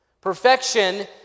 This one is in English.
Perfection